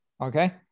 Okay